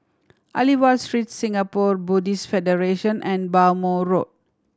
Aliwal Street Singapore Buddhist Federation and Bhamo Road